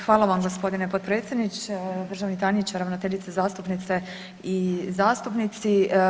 Hvala vam, gospodine potpredsjedniče, državni tajniče ravnateljice, zastupnice i zastupnici.